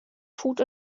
food